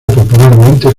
popularmente